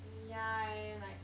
yeah eh like